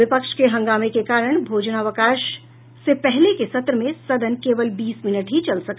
विपक्ष के हंगामे के कारण भोजनावकाश से पहले के सत्र में सदन केवल बीस मिनट ही चल सका